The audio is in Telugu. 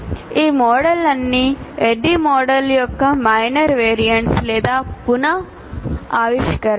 ఈ మోడళ్లన్నీ ADDIE మోడల్ యొక్కమైనర్ VARIANTS లేదా పునః ఆవిష్కరణలు